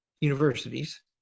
universities